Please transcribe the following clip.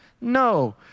No